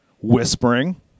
whispering